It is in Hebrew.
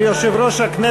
אני קובע כי הכנסת